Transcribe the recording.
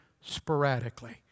sporadically